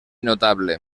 notable